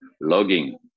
logging